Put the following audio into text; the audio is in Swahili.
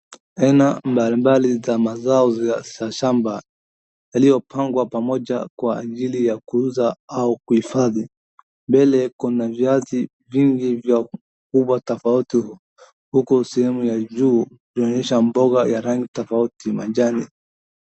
Aina mbalimbali za mazao za shamba, yaliyopangwa pamoja kwa ajili ya kuuza au kuhifadhi. Mbele kuna viazi vingi kubwa tofauti, huku sehemu ya juu ikionyesha mboga ya rangi tofauti manjano.